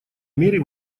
мере